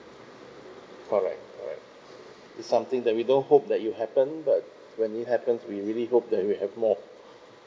alright alright it's something that we don't hope that it'll happen but when it happens we really hope that we have more of